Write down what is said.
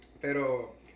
Pero